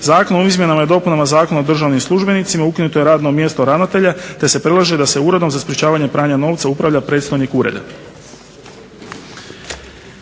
Zakon o izmjenama i dopunama Zakona o državnim službenicima ukinuto je radno mjesto ravnatelja, te se predlaže da se Uredom za sprječavanje pranja novca upravlja predstojnik ureda.